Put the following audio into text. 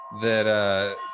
that-